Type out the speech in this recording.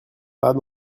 pas